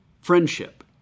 Friendship